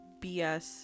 BS